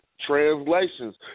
translations